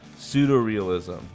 Pseudo-realism